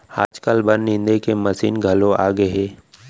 आजकाल बन निंदे के मसीन घलौ आगे हे